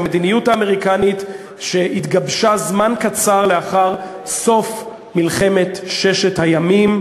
המדיניות האמריקנית שהתגבשה זמן קצר לאחר סוף מלחמת ששת הימים,